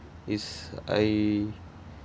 is I